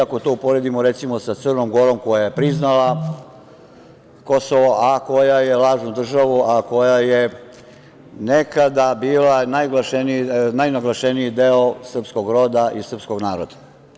Ako to uporedimo, recimo, sa Crnom Gorom koja je priznala Kosovo, lažnu državu, a koja je nekada bila najnaglašeniji deo srpskog roda i srpskog naroda.